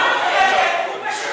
אדוני הארץ.